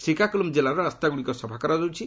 ଶ୍ରୀକାକୁଲମ୍ ଜିଲ୍ଲାର ରାସ୍ତାଗୁଡ଼ିକ ସଫା କରାଯାଇଛି